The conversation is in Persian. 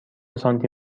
سانتی